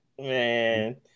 Man